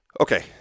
Okay